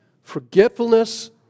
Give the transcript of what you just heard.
Forgetfulness